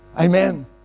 Amen